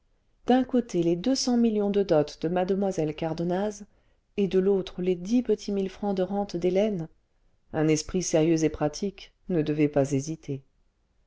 d'un côté les deux cents millions de dot de muc cardonnaz et de l'autre les dix petits mille francs de rente d'hélène un esprit sérieux et pratique ne devait pas hésiter